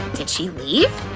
did she leave?